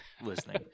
listening